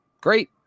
great